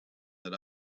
that